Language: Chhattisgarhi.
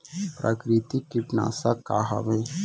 प्राकृतिक कीटनाशक का हवे?